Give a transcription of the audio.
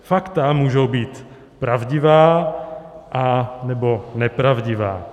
Fakta můžou být pravdivá, anebo nepravdivá.